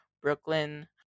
Brooklyn